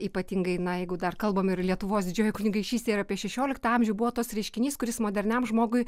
ypatingai na jeigu dar kalbam ir lietuvos didžioji kunigaikštystė ir apie šešioliktą amžių buvo tas reiškinys kuris moderniam žmogui